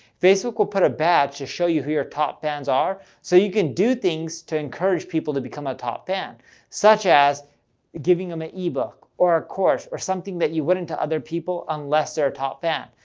facebook will put a badge to show you who your top fans are so you can do things to encourage people to become a top fan such as giving them a ebook or a course or something that you wouldn't to other people unless they're a top fan.